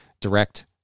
direct